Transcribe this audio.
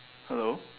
hello